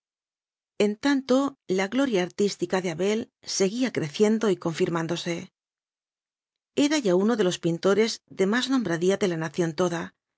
en tanto la gloria artística de abel seguía creciendo y confirmándose era ya uno de los pintores de más nombradla de la nación toda